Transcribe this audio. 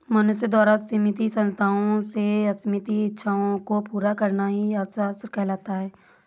मनुष्य द्वारा सीमित संसाधनों से असीमित इच्छाओं को पूरा करना ही अर्थशास्त्र कहलाता है